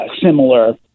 similar